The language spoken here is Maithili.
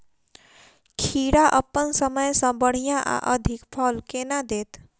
खीरा अप्पन समय सँ बढ़िया आ अधिक फल केना देत?